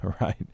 right